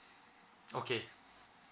okay